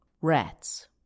Rats